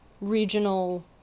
regional